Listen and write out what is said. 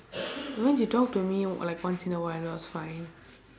I mean she talk to me like once in a while it was fine